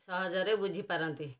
ସହଜରେ ବୁଝିପାରନ୍ତି